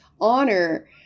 honor